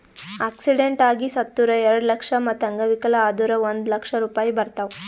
accident ಆಗಿ ಸತ್ತುರ್ ಎರೆಡ ಲಕ್ಷ, ಮತ್ತ ಅಂಗವಿಕಲ ಆದುರ್ ಒಂದ್ ಲಕ್ಷ ರೂಪಾಯಿ ಬರ್ತಾವ್